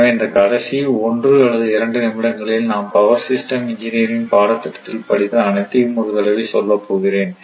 எனவே இந்த கடைசி ஒன்று அல்லது இரண்டு நிமிடங்களில் நாம் பவர் சிஸ்டம் இன்ஜினியரிங் பாடத்திட்டத்தில் படித்த அனைத்தையும் ஒரு தடவை சொல்லப் போகிறேன்